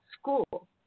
school